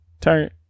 Turn